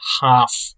half